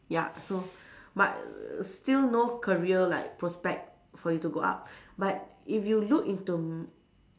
ya so but err still no career like prospect for you to go up but if you look into m~